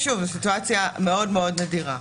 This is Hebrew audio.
שוב, זו סיטואציה מאוד מאוד נדירה.